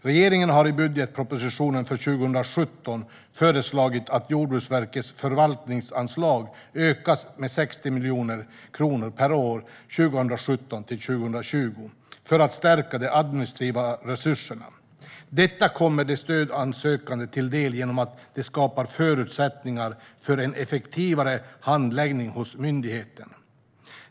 Regeringen har i budgetpropositionen för 2017 föreslagit att Jordbruksverkets förvaltningsanslag ökas med 60 miljoner kronor per år 2017-2020 för att stärka de administrativa resurserna. Detta kommer de stödsökande till del genom att det skapar förutsättning för en effektivare handläggning hos myndigheten.